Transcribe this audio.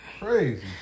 crazy